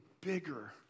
bigger